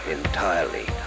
entirely